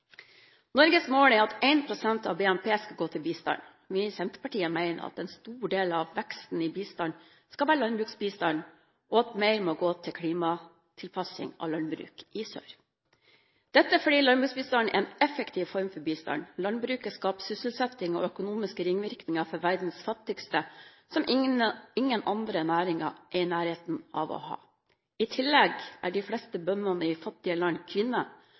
Norges mål er at 1 pst. av BNP skal gå til bistand. Vi i Senterpartiet mener at en stor del av veksten i bistand skal være landbruksbistand, og at mer må gå til klimatilpasning av landbruk i sør, fordi landbruksbistand er en effektiv form for bistand. Landbruket skaper sysselsetting og økonomiske ringvirkninger for verdens fattigste som ingen andre næringer er i nærheten av. I tillegg er de fleste bønder i fattige land kvinner,